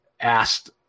asked